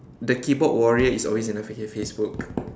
the keyboard warrior is always in the Facebook